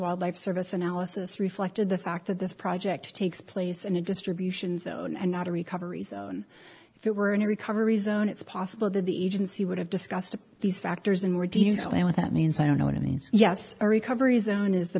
wildlife service analysis reflected the fact that this project takes place in a distribution zone and not a recovery zone if it were in a recovery zone it's possible that the agency would have discussed these factors in more detail and what that means i don't know what i mean yes a recovery zone is the